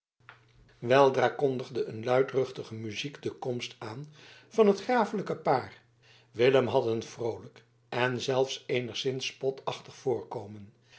weldra kondigde een luidruchtige muziek de komst aan van het grafelijk paar willem had een vroolijk en zelfs eenigszins spotachtig voorkomen